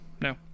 no